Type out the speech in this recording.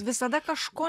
visada kažko